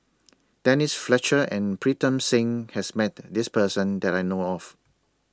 Denise Fletcher and Pritam Singh has Met This Person that I know of